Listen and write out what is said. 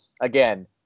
again